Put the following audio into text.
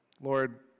Lord